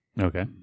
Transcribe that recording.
Okay